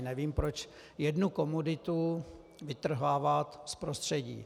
Nevím, proč jednu komoditu vytrhávat z prostředí.